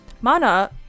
Mana